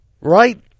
right